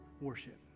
worship